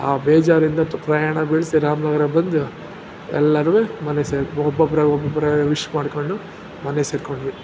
ಆ ಬೇಜಾರಿಂದ ತು ಪ್ರಯಾಣ ಬೆಳೆಸಿ ರಾಮನಗರ ಬಂದು ಎಲ್ಲಾರು ಮನೆ ಸೇರಿ ಒಬ್ಬೊಬ್ಬರೆ ಒಬ್ಬೊಬ್ಬರೆ ವಿಶ್ ಮಾಡ್ಕೊಂಡು ಮನೆ ಸೇರಿಕೊಂಡ್ವಿ